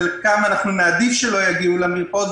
חלקם אנחנו נעדיף שלא יגיעו למרפאות.